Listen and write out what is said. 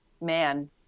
man